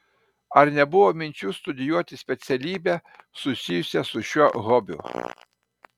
ar nebuvo minčių studijuoti specialybę susijusią su šiuo hobiu